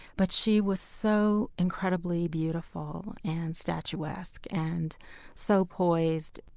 but she was so incredibly beautiful and statuesque and so poised,